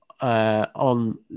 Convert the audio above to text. on